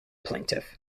plaintiff